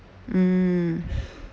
mm